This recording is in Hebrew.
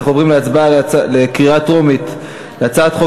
אנחנו עוברים להצבעה בקריאה טרומית: הצעת חוק